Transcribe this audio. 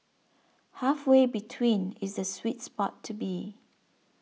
halfway between is the sweet spot to be